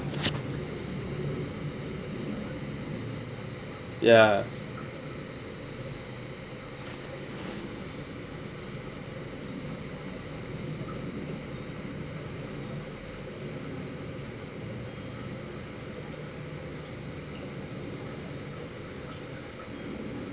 ya